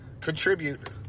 contribute